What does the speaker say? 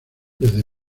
desde